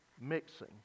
mixing